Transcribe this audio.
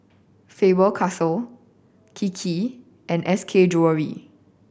Faber Castell Kiki and S K Jewellery